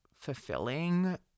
fulfilling